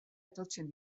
etortzen